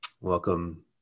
Welcome